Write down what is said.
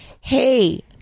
Hey